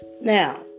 now